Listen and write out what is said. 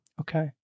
Okay